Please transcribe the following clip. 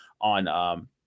on